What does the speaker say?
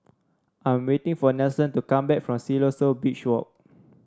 I'm waiting for Nelson to come back from Siloso Beach Walk